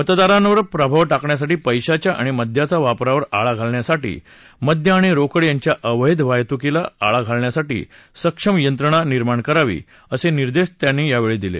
मतदारांवर प्रभाव टाकण्यासाठी पप्रधिच्या आणि मद्याच्या वापरावर आळा घालण्यासाठी मद्य आणि रोकड यांच्या अवधिवाहतुकीला आळा घालण्यासाठी सक्षम यंत्रणा निर्माण करावी असे निर्देश यावेळी देण्यात आले